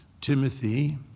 Timothy